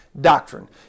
doctrine